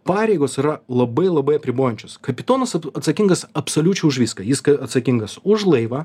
pareigos yra labai labai apribojančios kapitonas at atsakingas absoliučiai už viską jis k atsakingas už laivą